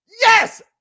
yes